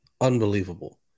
Unbelievable